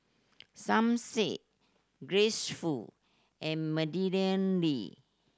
Som Said Grace Fu and Madeleine Lee